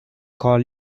call